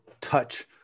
touch